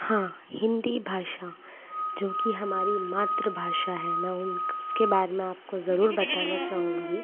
हाँ हिंदी भाषा जो कि हमारी मात्र भाषा है मैं उन उसके बारे में आपको ज़रूर बताना चाहूँगी